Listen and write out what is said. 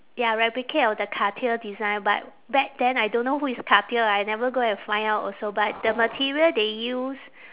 ya replicate of the cartier design but back then I don't know who is cartier I never go and find out also but the material they use